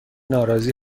ناراضی